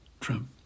Trump